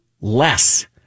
less